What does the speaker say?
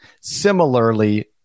similarly